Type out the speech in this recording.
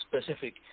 specific